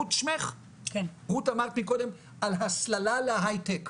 רות אמרת מקודם על הסללה להיי טק,